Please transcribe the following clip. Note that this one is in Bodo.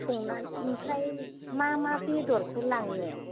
संनानै ओमफ्राय मा मा बेदरखौ लांनो